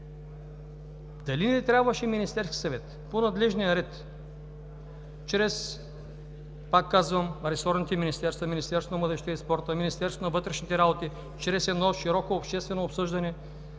дали не трябваше Министерският съвет по надлежния ред, чрез, пак казвам, ресорните Министерство на младежта и спорта и Министерство на вътрешните работи, чрез едно широко обществено обсъждане